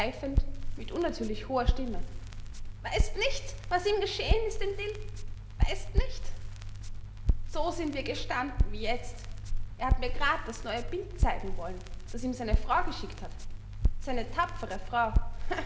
mit unnatürlich hoher stimme weißt nicht was ihm geschehen ist dem dill weißt nicht so sind wir gestanden wie jetzt er hat mir grad das neue bild zeigen wollen das ihm seine frau geschickt hat seine tapfere frau